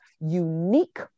unique